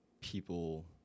people